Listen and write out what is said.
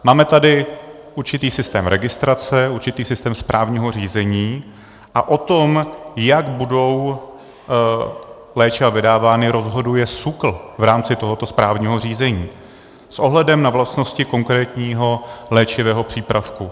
Máme tady určitý systém registrace, určitý systém správního řízení a o tom, jak budou léčiva vydávána, rozhoduje SÚKL v rámci tohoto správního řízení s ohledem na vlastnosti konkrétního léčivého přípravku.